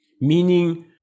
meaning